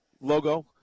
logo